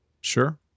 sure